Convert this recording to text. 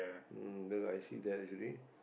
mm the I see that actually